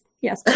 yes